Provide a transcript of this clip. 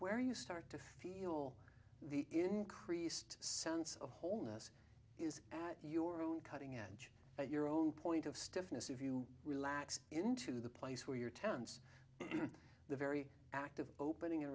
where you start to feel the increased sense of wholeness is at your own cutting edge your own point of stiffness if you relax into the place where you're tense the very act of opening